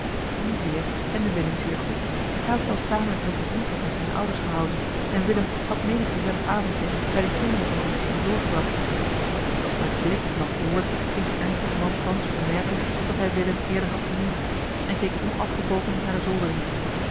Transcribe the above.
die heer kende willem zeer goed hij had zelfs tamelijk drukke vriendschap met zijne ouders gehouden en willem had menig gezellig avondje bij de kinderen van den officier doorgebracht doch met blik noch woord liet de ernstige man thans bemerken dat hij willem eerder had gezien en keek onafgebroken naar de